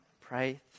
pray